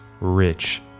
rich